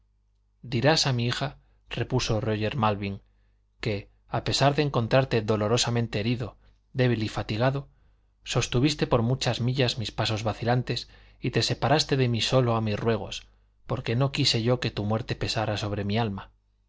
dirás a mi hija repuso róger malvin que a pesar de encontrarte dolorosamente herido débil y fatigado sostuviste por muchas millas mis pasos vacilantes y te separaste de mí sólo a mis ruegos porque no quise yo que tu muerte pesara sobre mi alma